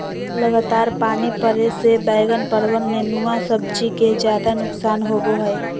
लगातार पानी पड़े से बैगन, परवल, नेनुआ सब्जी के ज्यादा नुकसान होबो हइ